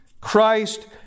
Christ